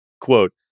Quote